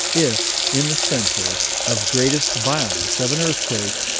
if in the center of greatest violence of an earthquake,